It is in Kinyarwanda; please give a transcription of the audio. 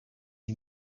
iyi